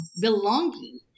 belonging